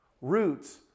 Roots